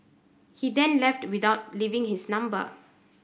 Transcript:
he then left without leaving his number